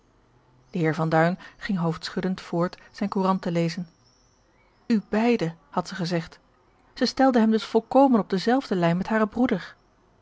de heer van duin ging hoofdschuddend voort zijne courant te lezen u beide had zij gezegd zij stelde hem dus volkomen op dezelfde lijn met haren broeder